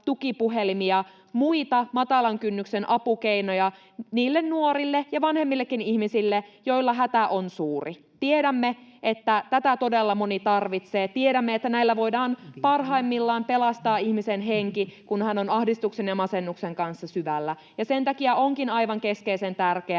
muita matalan kynnyksen apukeinoja niille nuorille ja vanhemmillekin ihmisille, joilla hätä on suuri. Tiedämme, että tätä todella moni tarvitsee. Tiedämme, että näillä voidaan parhaimmillaan pelastaa ihmisen henki, kun hän on ahdistuksen ja masennuksen kanssa syvällä, ja sen takia onkin aivan keskeisen tärkeää,